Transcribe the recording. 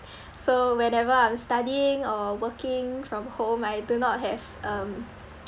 so whenever I'm studying or working from home I do not have um